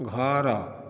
ଘର